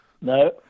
No